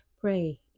pray